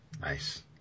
Nice